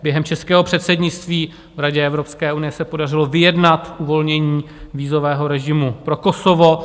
Během českého předsednictví v Radě Evropské unie se podařilo vyjednat uvolnění vízového režimu pro Kosovo.